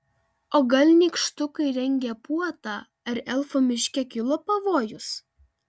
o gal nykštukai rengia puotą ar elfų miške kilo pavojus